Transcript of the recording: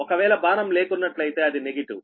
ఒకవేళ బాణం లే కున్నట్లయితే అది నెగిటివ్